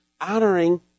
honoring